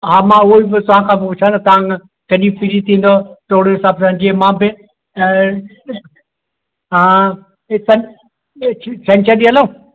हा मां उहो ई पियो तव्हांखा पुछां न तव्हां कॾहिं फ्री थींदव त ओड़े हिसाबु सां जीअं मां बि हा ॾिसण छंछरु ॾींहुं हलूं